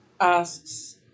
asks